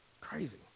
Crazy